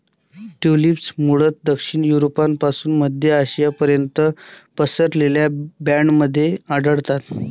tulips मूळतः दक्षिण युरोपपासून मध्य आशियापर्यंत पसरलेल्या बँडमध्ये आढळतात